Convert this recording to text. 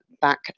back